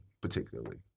particularly